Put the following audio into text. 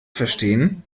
verstehen